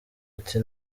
ati